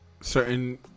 certain